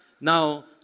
now